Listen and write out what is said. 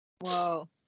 Whoa